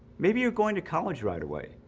maybe you're going to college right away